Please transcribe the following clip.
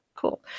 Cool